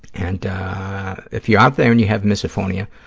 and if you're out there and you have misophonia,